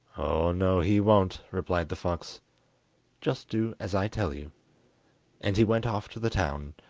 no, he won't replied the fox just do as i tell you and he went off to the town,